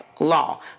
law